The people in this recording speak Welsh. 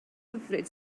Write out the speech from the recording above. hyfryd